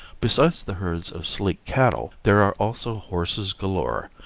besides the herds of sleek cattle, there are also horses galore,